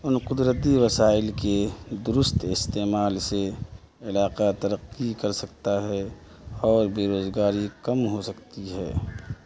ان قدرتی وسائل کے درست استعمال سے علاقہ ترقی کر سکتا ہے اور بےروزگاری کم ہو سکتی ہے